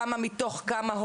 כמה מתוך כמה גננות,